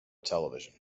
television